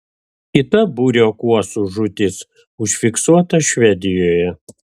kita būrio kuosų žūtis užfiksuota švedijoje